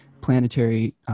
planetary